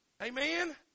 Amen